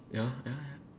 ya ya ya